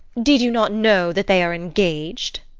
did you not know that they are engaged?